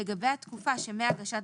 לגבי התקופה שמהגשת